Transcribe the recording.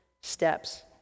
steps